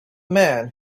man